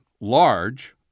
large